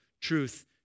truth